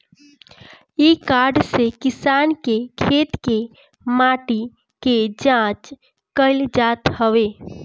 इ कार्ड से किसान के खेत के माटी के जाँच कईल जात हवे